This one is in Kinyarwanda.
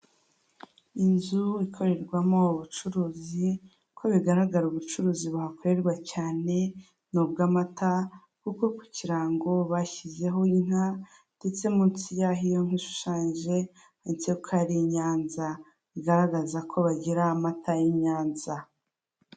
Inzu ikorerwamo ubucuruzi, uko bigaragara ubucuruzi bahakorerwa cyane n'ubw'amata kuko ku kirango bashyizeho inka ndetse munsi yaho iyo ishushanyije, handitesho ko ari i Nyanza, bigaragaza ko bagira amata y'i Nyanza.